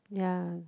ya